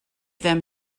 them